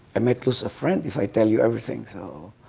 i might lose a friend if i tell you everything, so,